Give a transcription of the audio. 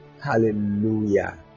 hallelujah